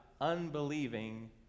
unbelieving